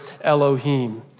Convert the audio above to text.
Elohim